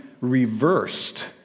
reversed